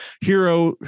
hero